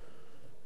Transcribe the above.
בשנים האחרונות,